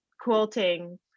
quilting